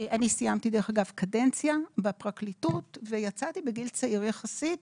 סיימתי דרך אגב קדנציה בפרקליטות ויצאתי בגיל צעיר יחסית.